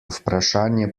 vprašanje